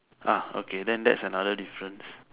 ah okay then that's another difference